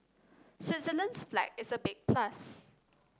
Switzerland's flag is a big plus